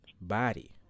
body